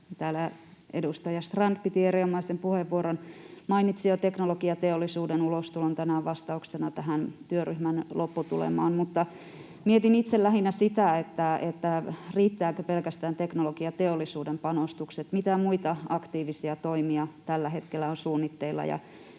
edustaja Strand piti erinomaisen puheenvuoron, mainitsi jo teknologiateollisuuden ulostulon tänään vastauksena tähän työryhmän lopputulemaan. Mutta mietin itse lähinnä sitä, riittävätkö pelkästään teknologiateollisuuden panostukset. Mitä muita aktiivisia toimia tällä hetkellä on suunnitteilla,